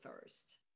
first